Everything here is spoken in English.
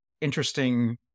interesting